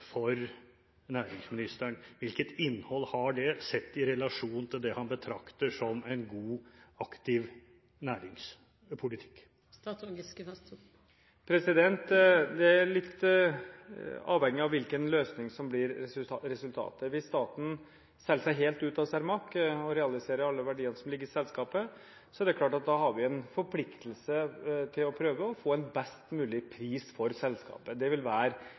for næringsministeren? Hvilket innhold har det – sett i relasjon til det han betrakter som en god og aktiv næringspolitikk? Det er litt avhengig av hvilken løsning som blir resultatet. Hvis staten selger seg helt ut av Cermaq og realiserer alle verdiene som ligger i selskapet, er det klart at vi da har en forpliktelse til å prøve å få en best mulig pris for selskapet. Det vil være